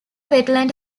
wetland